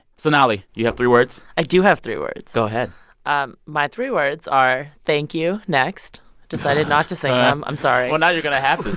sonali, you have three words? i do have three words go ahead um my three words are thank you, next decided not to sing them. i'm sorry well, now you're going to have